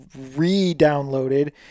re-downloaded